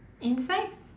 insects